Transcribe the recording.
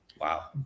Wow